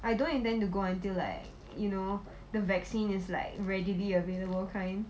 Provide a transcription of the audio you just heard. I don't intend to go until like you know the vaccine is like readily available kind